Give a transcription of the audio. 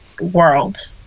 world